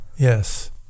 Yes